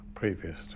previous